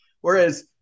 Whereas